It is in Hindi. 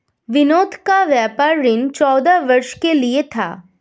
विनोद का व्यापार ऋण पंद्रह वर्ष के लिए था